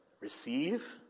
receive